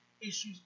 issues